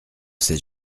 ses